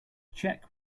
check